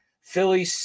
philly